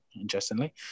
interestingly